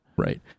Right